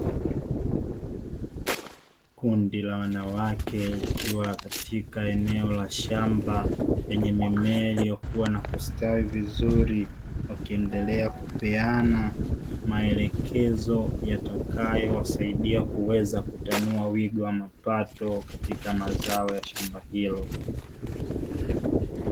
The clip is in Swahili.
Kundi la wanawake likiwa katika eneo la shamba lenye mimea iliyokua na kustawi vizuri, wakiendelea kupeana maelekezo yatakayowasaidia kuweza kutanua wigo wa mapato katika mazao ya shamba hilo.